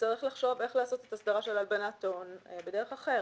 נצטרך לחשוב איך לעשות הסדרה של הלבנת הון בדרך אחרת.